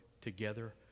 together